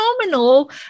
phenomenal